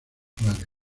suárez